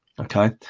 Okay